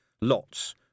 Lots